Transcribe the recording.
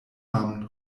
namen